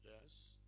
Yes